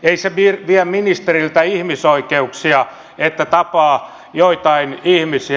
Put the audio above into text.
ei se vie ministeriltä ihmisoikeuksia että tapaa joitain ihmisiä